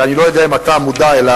שאני לא יודע אם אתה מודע לו,